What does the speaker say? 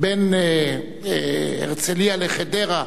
בין הרצלייה לחדרה,